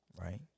right